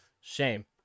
shame